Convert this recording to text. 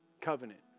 covenant